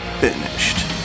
finished